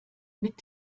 mit